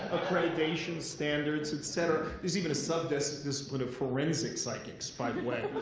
accreditation standards, etc. there's even a sub-discipline of forensic psychics, by the way.